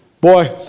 Boy